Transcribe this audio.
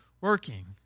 working